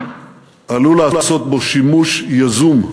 עלול לעשות בו שימוש יזום,